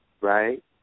Right